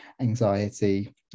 anxiety